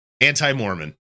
anti-Mormon